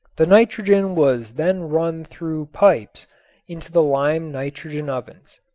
the nitrogen was then run through pipes into the lime-nitrogen ovens.